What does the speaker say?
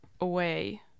away